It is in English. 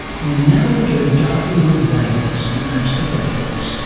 where now we go diving with whales and alastair birtles,